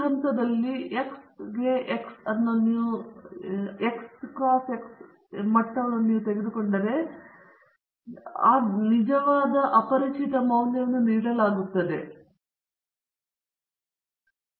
ಈ ಹಂತದಲ್ಲಿ X ಗೆ X ಅನ್ನು ನೀವು ಮಟ್ಟವನ್ನು ತೆಗೆದುಕೊಂಡರೆ ನಿಜವಾದ ನಿಜವಾದ ಆದರೆ ಅಪರಿಚಿತ ಮೌಲ್ಯವನ್ನು ನೀಡಲಾಗುತ್ತದೆ beta naught plus beta 1 x a ಈ ಹಂತವನ್ನು ಕರೆಯುವುದು ಅಥವಾ ಈ ವೇರಿಯೇಬಲ್ ಸೆಟ್ಟಿಂಗ್ ಅನ್ನು ಎಕ್ಸ್ ಎ ಎಂದು ಕರೆಯುವುದು